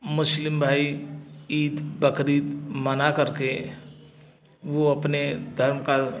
मुस्लिम भाई ईद बकरीद मनाकर के वो अपने धर्म का